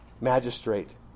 magistrate